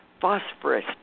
phosphorus